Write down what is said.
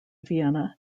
vienna